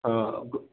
ହଁ